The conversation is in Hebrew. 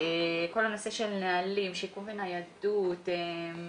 הנושא של נהלים, שיקום וניידות וכולי.